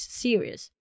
series